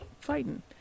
fighting